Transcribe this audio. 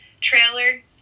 trailer